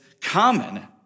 common